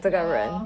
ya lor